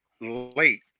late